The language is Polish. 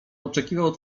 oczekiwał